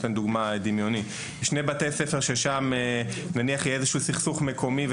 לדוגמה: במידה ויש שני בתי ספר שנמצאים בסכסוך מקומי,